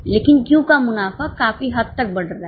लेकिन Q का मुनाफा काफी हद तक बढ़ रहा है